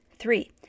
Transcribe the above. Three